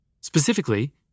Specifically